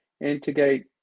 integrate